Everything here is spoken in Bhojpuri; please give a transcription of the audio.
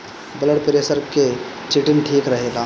ब्लड प्रेसर के चिटिन ठीक रखेला